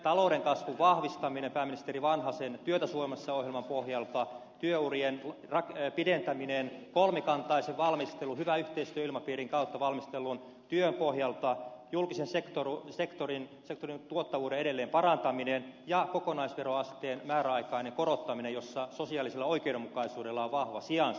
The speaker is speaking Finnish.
talouden kasvun vahvistaminen pääministeri vanhasen työtä suomessa ohjelman pohjalta työurien pidentäminen kolmikantaisen hyvän yhteistyöilmapiirin kautta valmistellun työn pohjalta julkisen sektorin tuottavuuden edelleen parantaminen ja kokonaisveroasteen määräaikainen korottaminen jossa sosiaalisella oikeudenmukaisuudella on vahva sijansa